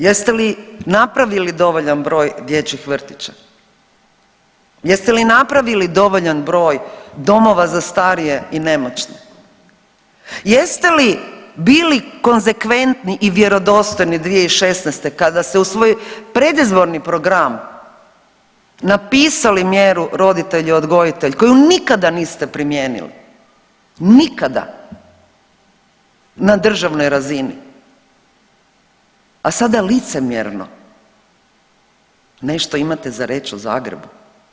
Jeste li napravili dovoljan broj dječjih vrtića, jeste li napravili dovoljan broj domova za starije i nemoćne, jeste li bili konzekventni i vjerodostojni 2016. kada ste u svoj predizborni program napisali mjeru roditelj odgojitelj koju nikada niste primijenili, nikada na državnoj razini a sada licemjerno nešto imate za reć o Zagrebu.